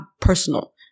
personal